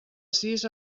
sis